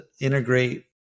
integrate